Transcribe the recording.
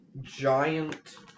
Giant